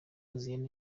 hoziana